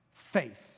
Faith